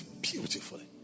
beautifully